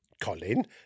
Colin